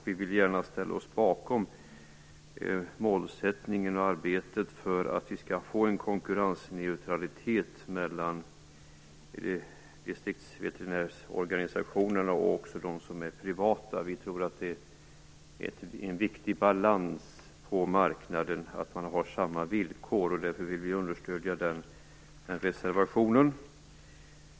Vi vill gärna ställa oss bakom målsättningen och arbetet för att vi skall få en konkurrensneutralitet mellan distriktsveterinärorganisationen och de privata veterinärerna. Vi tror att det innebär en viktig balans på marknaden att man har samma villkor. Därför vill vi understödja den reservationen.